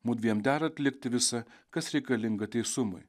mudviem dera atlikti visa kas reikalinga teisumui